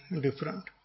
different